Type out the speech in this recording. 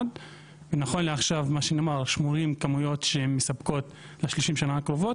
נכון לעכשיו מה שנאמר על --- כמויות שמספקות ל-30 שנה הקרובות,